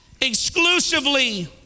exclusively